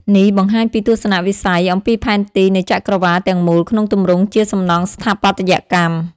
នេះបង្ហាញពីទស្សនៈវិស័យអំពីផែនទីនៃចក្រវាឡទាំងមូលក្នុងទម្រង់ជាសំណង់ស្ថាបត្យកម្ម។